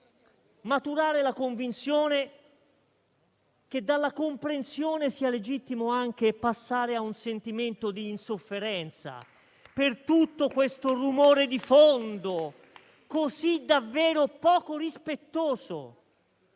maturare la convinzione che dalla comprensione sia legittimo passare anche a un sentimento di insofferenza, per tutto questo rumore di fondo così davvero poco rispettoso